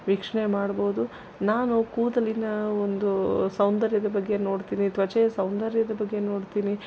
ವೀಕ್ಷಣೆ ಮಾಡ್ಬೋದು ನಾನು ಕೂದಲಿನ ಒಂದು ಸೌಂದರ್ಯದ ಬಗ್ಗೆ ನೋಡ್ತೀನಿ ತ್ವಚೆಯ ಸೌಂದರ್ಯದ ಬಗ್ಗೆ ನೋಡ್ತೀನಿ